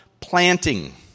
planting